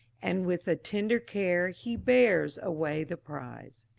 and, with a tender care, he bears away the prize.